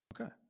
Okay